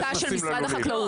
זה בדיקה של משרד החקלאות.